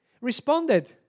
responded